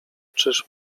czyż